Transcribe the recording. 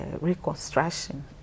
reconstruction